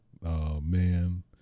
man